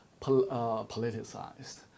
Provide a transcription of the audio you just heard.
politicized